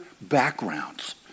backgrounds